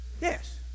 Yes